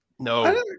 No